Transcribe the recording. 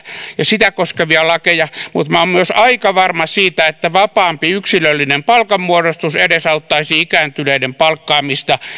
ja sitä koskevia lakeja mutta minä olen myös aika varma siitä että vapaampi yksilöllinen palkanmuodostus edesauttaisi ikääntyneiden palkkaamista